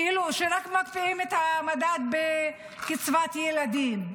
שרק מקפיאים את המדד בקצבת הילדים.